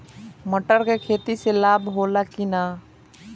मटर के खेती से लाभ होला कि न?